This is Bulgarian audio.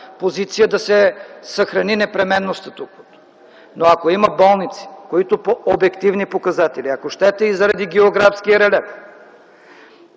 позиция да се съхрани непременно статуквото. Но ако има болници, които по обективни показатели, ако щете, и заради географския релеф